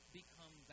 become